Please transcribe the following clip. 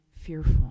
fearful